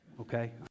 okay